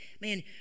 Man